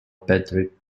patrick